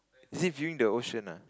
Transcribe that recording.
is it viewing the ocean ah